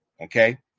Okay